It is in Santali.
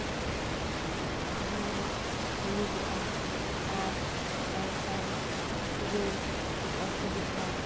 ᱡᱩᱞ ᱦᱩᱭᱩᱜᱚᱜᱼᱟ ᱟᱨ ᱵᱟᱝᱠᱷᱟᱱ ᱠᱷᱩᱵᱮᱭ ᱚᱥᱩᱵᱤᱫᱟ